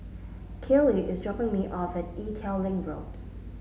Kaley is dropping me off at Ee Teow Leng Road